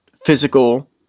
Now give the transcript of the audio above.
physical